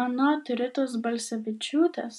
anot ritos balsevičiūtės